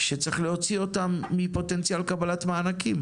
שצריך להוציא אותן מפוטנציאל קבלת מענקים,